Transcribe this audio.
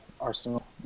Arsenal